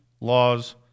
laws